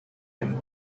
him